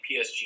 PSG